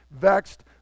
vexed